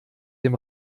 dem